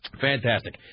Fantastic